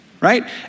right